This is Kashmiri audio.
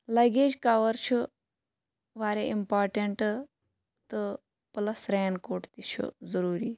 لگیج کَوَر چھُ واریاہ اِمپاٹینٛٹ تہٕ پٕلَس رین کوٹ تہِ چھُ ضروٗری